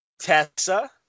Tessa